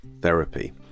therapy